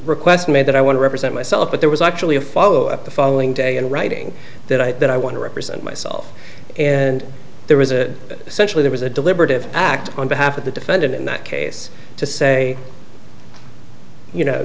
request made that i want to represent myself but there was actually a follow up the following day in writing that i that i want to represent myself and there was a essentially there was a deliberative act on behalf of the defendant in that case to say you know